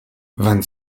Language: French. vingt